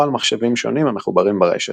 או על מחשבים שונים המחוברים ברשת.